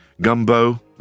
Gumbo